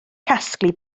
casglu